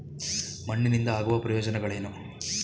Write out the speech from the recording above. ಮಣ್ಣಿನಿಂದ ಆಗುವ ಪ್ರಯೋಜನಗಳೇನು?